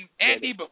Andy